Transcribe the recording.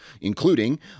including